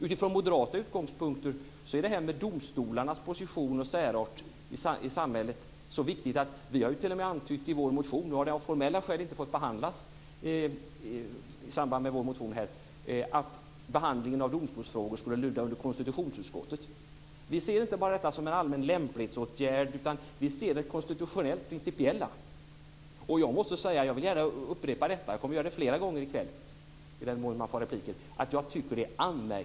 Utifrån moderata utgångspunkter är domstolarnas position och särart i samhället så viktigt att vi t.o.m. har antytt i vår motion att behandlingen av domstolsfrågor skulle lyda under konstitutionsutskottet. Nu har den frågan av formella skäl inte fått behandlas i samband med vår motion. Vi ser inte bara detta som en allmän lämplighetsåtgärd utan vi ser det konstitutionellt principiella. Jag tycker att det är anmärkningsvärt att intresset från regeringens sida är så litet för en debatt om domstolarnas framtid att den inte orkar vara här.